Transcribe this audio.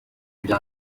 bya